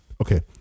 Okay